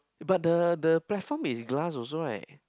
eh but the the platform is glass also right